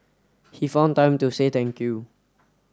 he found time to say thank you